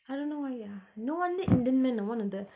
I don't know why no wonder indian men are one of the